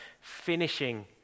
finishing